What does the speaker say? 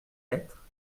lettre